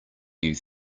you